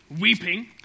weeping